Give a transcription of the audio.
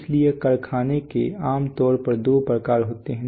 इसलिए कारखाने के आम तौर पर दो प्रकार होते हैं